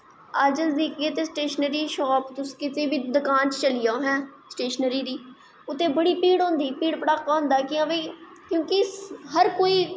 अज्ज अस दिखगे ते स्टेशनरी शॉप तुस किते बी दकान पर चली जाओ हां स्टेशनरी दी उत्थें बड़ी भीड़ होंदी भीड़ भड़ाकी होंदा भाई क्योंकि हर कोई